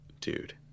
dude